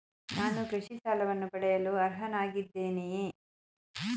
ನಾನು ಕೃಷಿ ಸಾಲವನ್ನು ಪಡೆಯಲು ಅರ್ಹನಾಗಿದ್ದೇನೆಯೇ?